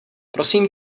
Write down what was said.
prosím